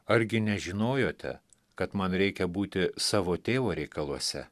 argi nežinojote kad man reikia būti savo tėvo reikaluose